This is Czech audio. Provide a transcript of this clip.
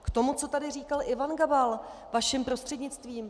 K tomu, co tady říkal Ivan Gabal, vašim prostřednictvím.